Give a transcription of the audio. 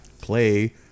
play